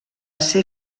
ser